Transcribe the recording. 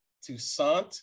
Toussaint